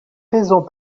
raisons